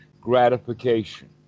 gratification